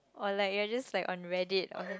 oh like you are just on read it